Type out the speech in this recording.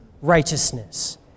righteousness